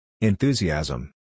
Enthusiasm